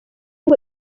ngo